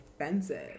offensive